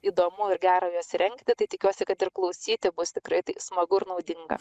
įdomu ir gera juos rengti tai tikiuosi kad ir klausyti bus tikrai smagu ir naudinga